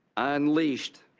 unleashed